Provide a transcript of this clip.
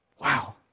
Wow